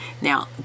Now